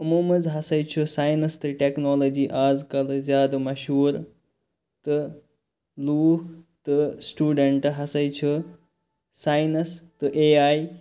یِمو مَنٛز ہَسا چھُ ساینَس تہٕ ٹیٚکنالجی آز کَل ٲسۍ زیادٕ مَشہور تہٕ لُکھ تہٕ سٹوڈَنٹ ہَسا چھُ ساینَس تہٕ اے آیۍ